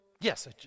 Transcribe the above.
Yes